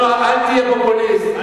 אל תהיה פופוליסט,